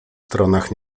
stronach